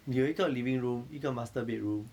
你有一个 living room 一个 master bedroom